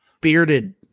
bearded